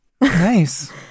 Nice